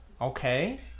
Okay